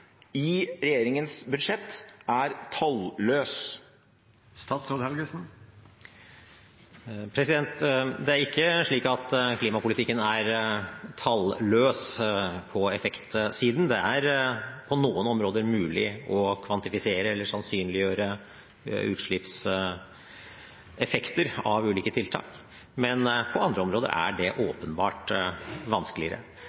i regjeringens budsjett er tall-løs? Det er ikke slik at klimapolitikken er tall-løs på effektsiden. Det er på noen områder mulig å kvantifisere eller sannsynliggjøre utslippseffekter av ulike tiltak, men på andre områder er det